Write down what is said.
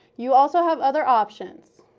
you also have other options.